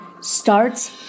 starts